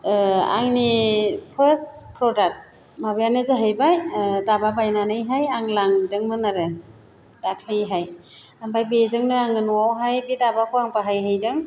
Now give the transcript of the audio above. आंनि फार्स प्रडाक्ट माबायानो जाहैबाय दाबा बायनानैहाय आं लांदोंमोन आरो दाख्लैहाय ओमफाय बेजोंनो आङो न'आवहाय बे दाबाखौ आं बाहायहैदों